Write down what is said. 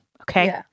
Okay